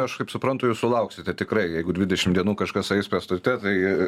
aš kaip suprantu jūs sulauksite tikrai jeigu dvidešim dienų kažkas eis pėstute tai